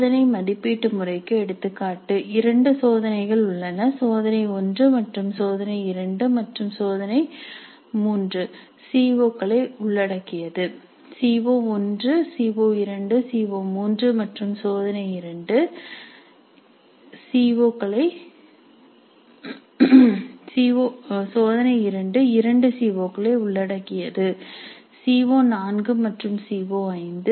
சோதனை மதிப்பீட்டு முறைக்கு எடுத்துக்காட்டு இரண்டு சோதனைகள் உள்ளன சோதனை 1 மற்றும் சோதனை 2 மற்றும் சோதனை 1 மூன்று சி ஓ களை உள்ளடக்கியது சி ஓ1 சி ஓ2 சி ஓ3 மற்றும் சோதனை 2 இரண்டு சி ஓ களை உள்ளடக்கியது சி ஓ4 மற்றும் சி ஓ5